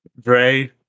Dre